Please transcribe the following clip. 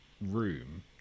room